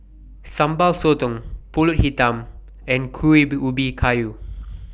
Sambal Sotong Pulut Hitam and Kuih Ubi Kayu